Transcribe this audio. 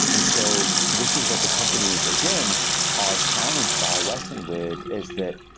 and so this is what the companies again are challenged by, wrestling with is that,